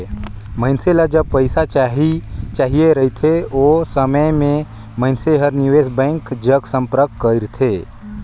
मइनसे ल जब पइसा चाहिए रहथे ओ समे में मइनसे हर निवेस बेंक जग संपर्क करथे